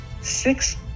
six